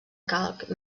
calc